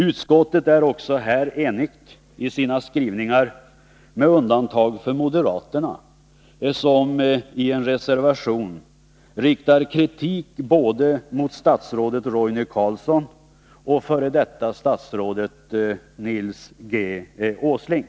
Utskottet är Vissa frågor röockså här enigt i sina skrivningar med undantag för moderaterna, som i en rande den statliga reservation riktar kritik både mot statsrådet Roine Carlsson och mot f. d. affärsverksamstatsrådet Nils G. Åsling.